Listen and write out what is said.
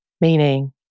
Meaning